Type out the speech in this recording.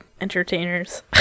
entertainers